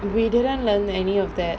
we didn't learn any of that